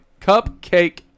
Cupcake